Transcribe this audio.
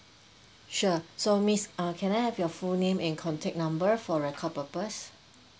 sure so miss uh can I have your full name and contact number for record purpose